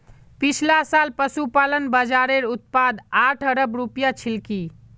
पिछला साल पशुपालन बाज़ारेर उत्पाद आठ अरब रूपया छिलकी